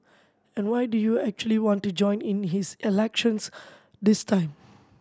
and why do you actually want to join in this elections this time